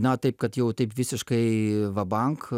na taip kad jau taip visiškai vabank